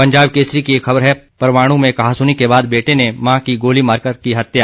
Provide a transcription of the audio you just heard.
पंजाब केसरी की एक खबर है परवाणू में कहासुनी के बाद बेटे ने मां की गोली मारकर की हत्या